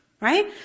Right